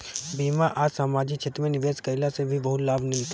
बीमा आ समाजिक क्षेत्र में निवेश कईला से भी बहुते लाभ मिलता